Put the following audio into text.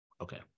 Okay